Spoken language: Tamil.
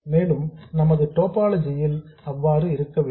மேலும் நமது டோபாலஜி ல்அவ்வாறு இருக்கவில்லை